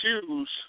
choose